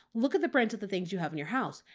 look at the brands of the things you have in your house,